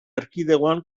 erkidegoan